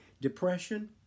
depression